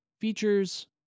features